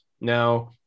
now